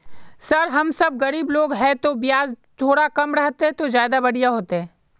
sir हम सब गरीब लोग है तो बियाज थोड़ा कम रहते तो ज्यदा बढ़िया होते